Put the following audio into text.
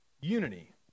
unity